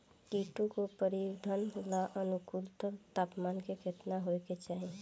कीटो के परिवरर्धन ला अनुकूलतम तापमान केतना होए के चाही?